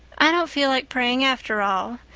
i don't feel like praying after all.